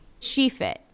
SheFit